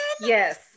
Yes